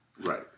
Right